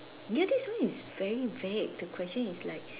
ya this one is very vague the question is like